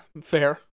fair